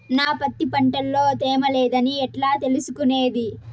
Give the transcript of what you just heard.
నా పత్తి పంట లో తేమ లేదని ఎట్లా తెలుసుకునేది?